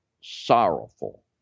sorrowful